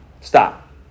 Stop